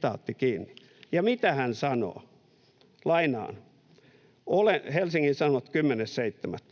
toteutumista.” Ja mitä hän sanoo? Lainaan, Helsingin Sanomat